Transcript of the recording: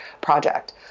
project